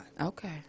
Okay